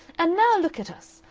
and now, look at us!